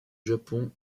japon